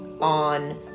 on